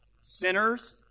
sinners